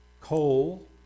coal